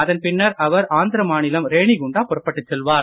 அதன்பின்னர் அவர் ஆந்திர மாநிலம் ரேணிகுண்டா புறப்பட்டு செல்வார்